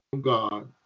God